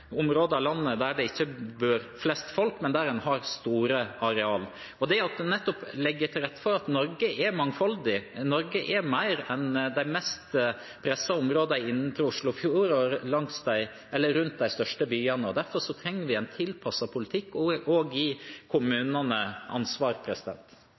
av de områdene av landet hvor det ikke bor flest folk, men der en har store arealer. Det er å legge til rette for at Norge er mangfoldig, at Norge er mer enn de mest pressede områdene i Indre Oslofjord og rundt de største byene. Derfor trenger vi en tilpasset politikk og